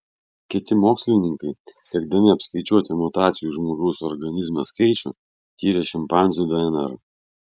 kiti mokslininkai siekdami apskaičiuoti mutacijų žmogaus organizme skaičių tyrė šimpanzių dnr